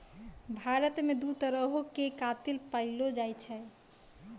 भारत मे दु तरहो के कातिल पैएलो जाय छै